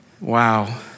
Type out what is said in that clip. Wow